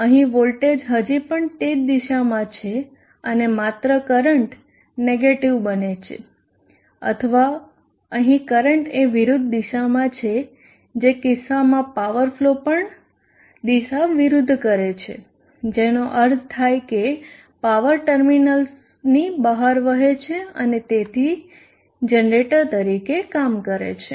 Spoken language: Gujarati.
અહીં વોલ્ટેજ હજી પણ તે જ દિશામાં છે અને માત્ર કરંટ નેગેટીવ બને છે અથવા અહીં કરંટ એ વિરુદ્ધ દિશામાં છે જે કિસ્સામાં પાવર ફલો પણ દિશા વિરુદ્ધ કરે છે જેનો અર્થ થાય કે પાવર ટર્મિનલ્સની બહાર વહે છે અને તેથી જનરેટર તરીકે કામ કરે છે